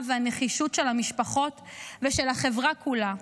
והנחישות של המשפחות ושל החברה כולה.